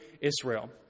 israel